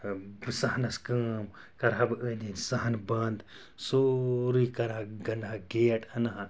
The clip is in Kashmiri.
ٲں بہٕ صحنَس کٲم کَرٕ ہا بہٕ أنٛدۍ أنٛدۍ صحن بَنٛد سورُے کَرٕ ہا گَنٚڈٕ ہا گیٹ اَنہٕ ہا